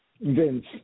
Vince